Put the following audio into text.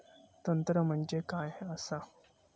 तंत्र म्हणजे काय असा?